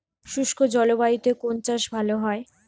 শুষ্ক জলবায়ুতে কোন চাষ ভালো হয়?